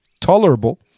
tolerable